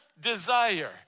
desire